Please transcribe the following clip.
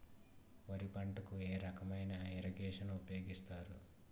వరి పంటకు ఏ రకమైన ఇరగేషన్ ఉపయోగిస్తారు?